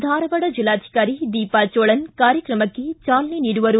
ಧಾರವಾಡ ಜಿಲ್ಲಾಧಿಕಾರಿ ದೀಪಾ ಚೋಳನ್ ಕಾರ್ಯಕ್ರಮಕ್ಕೆ ಚಾಲನೆ ನೀಡುವರು